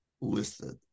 listed